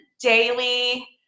daily